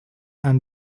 and